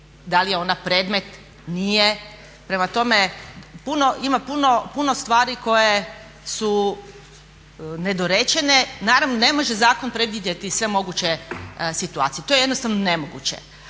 da li je ona predmet, nije? Prema tome, ima puno stvari koje su nedorečene. Naravno, ne može zakon predvidjeti sve moguće situacije. To je jednostavno nemoguće.